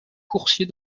coursier